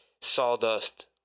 sawdust